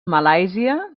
malàisia